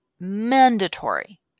Mandatory